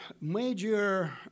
major